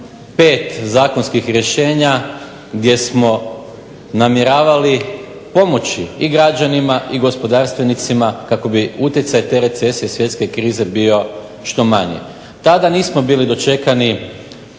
25 zakonskih rješenja gdje smo namjeravali pomoći i građanima i gospodarstvenicima kako bi utjecaj te recesije i svjetske krize bio što manji. Tada nismo bili dočekani